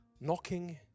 knocking